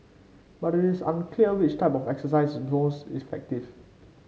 but it is unclear which type of exercise is most effective